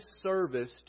service